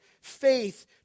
faith